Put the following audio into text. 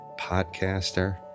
podcaster